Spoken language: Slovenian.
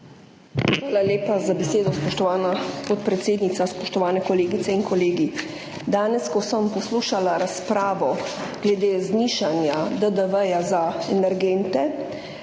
Hvala lepa za besedo, spoštovana podpredsednica. Spoštovane kolegice in kolegi! Ko sem danes poslušala razpravo glede znižanja DDV za energente,